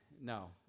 no